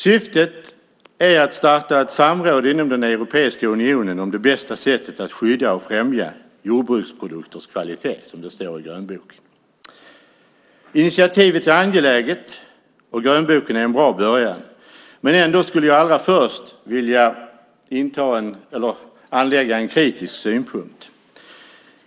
Syftet är att starta ett samråd inom Europeiska unionen om det bästa sättet att skydda och främja jordbruksprodukters kvalitet, som det står i grönboken. Initiativet är angeläget, och grönboken är en bra början. Men jag skulle ändå först vilja anlägga en kritisk synpunkt.